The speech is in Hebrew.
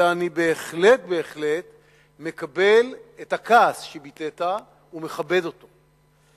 אלא אני בהחלט מקבל את הכעס שביטאת ומכבד אותו.